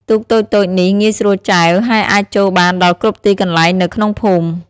ទូកតូចៗនេះងាយស្រួលចែវ ហើយអាចចូលបានដល់គ្រប់ទីកន្លែងនៅក្នុងភូមិ។